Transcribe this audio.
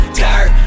dirt